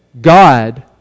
God